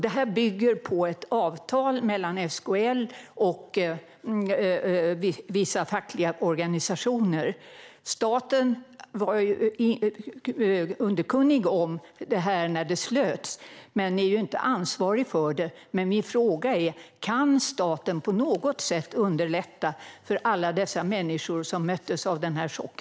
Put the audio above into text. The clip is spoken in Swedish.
Det här bygger på ett avtal mellan SKL och vissa fackliga organisationer. Staten var underkunnig om avtalet när det slöts men är inte ansvarig för det. Min fråga är: Kan staten på något sätt underlätta för alla dessa människor som möttes av denna chock?